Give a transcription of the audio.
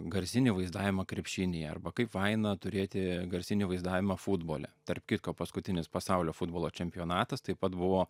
garsinį vaizdavimą krepšinyje arba kaip faina turėti garsinį vaizdavimą futbole tarp kitko paskutinis pasaulio futbolo čempionatas taip pat buvo